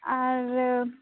ᱟᱨ